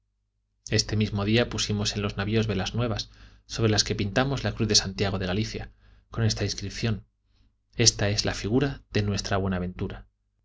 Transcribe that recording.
este mismo día pusimos en los navios velas nuevas sobre las que pintamos la cruz de santiago de galicia con esta inscripción esta es la figura de nuestra buenaventura